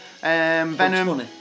Venom